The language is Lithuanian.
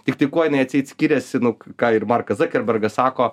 tiktai kuo jinai atseit skiriasi nuo ką ir markas zakerbergas sako